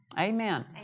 Amen